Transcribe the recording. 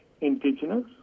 Indigenous